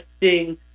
interesting